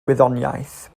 gwyddoniaeth